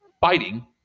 fighting